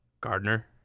gardner